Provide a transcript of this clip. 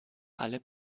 alle